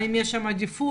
האם שם יש עדיפות?